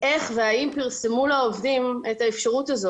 איך והאם פרסמו לעובדים את האפשרות הזאת,